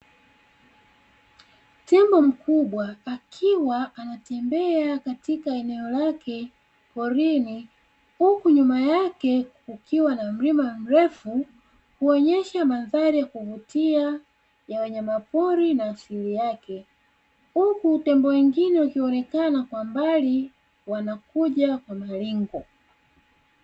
Tembo mkubwa akiwa anatembea katika eneo lake porini huku nyuma yake kukiwa na mlima mrefu kuonyesha mandhari ya kuvutia ya wanyama pori na asili yake, huku tembo wengine wakionekana kwa mbali wanakuja kwa maringo.